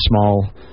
small